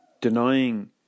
denying